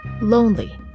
lonely